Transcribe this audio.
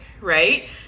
right